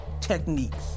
techniques